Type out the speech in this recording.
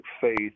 faith